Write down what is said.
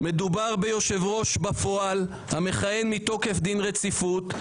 מדובר ביושב-ראש בפועל המכהן מתוקף דין רציפות,